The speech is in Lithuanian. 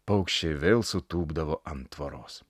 paukščiai vėl sutūpdavo ant tvoros